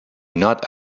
not